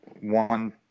one